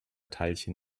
teilchen